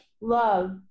Love